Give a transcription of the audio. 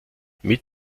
mit